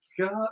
got